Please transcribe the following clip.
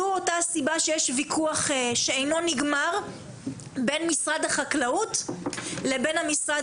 זו הסיבה שיש ויכוח שאינו נגמר בין משרד החקלאות לבין המשרד